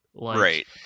right